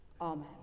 Amen